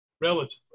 Relatively